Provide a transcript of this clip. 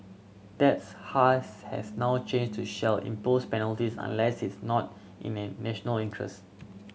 that's hash has now changed to shall impose penalties unless it's not in the national interest